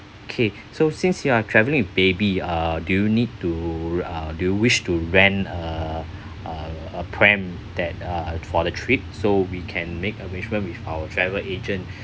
okay so since you are travelling you baby uh do you need to uh do you wish to rent a uh a pram that uh for the trip so we can make arrangement with our travel agent